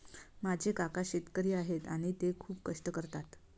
माझे काका शेतकरी आहेत आणि ते खूप कष्ट करतात